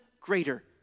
greater